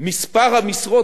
מספר המשרות,